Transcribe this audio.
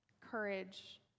courage